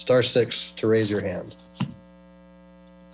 star six to raise your hand